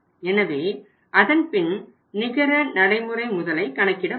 எனவே அதன்பின் நிகர நடைமுறை முதலை கணக்கிட முடியும்